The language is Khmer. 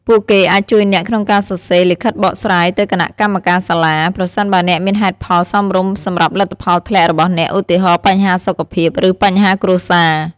ពួកគេអាចជួយអ្នកក្នុងការសរសេរ លិខិតបកស្រាយ ទៅគណៈកម្មការសាលា ប្រសិនបើអ្នកមានហេតុផលសមរម្យសម្រាប់លទ្ធផលធ្លាក់របស់អ្នក ឧទាហរណ៍ បញ្ហាសុខភាព ឬបញ្ហាគ្រួសារ។